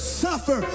suffer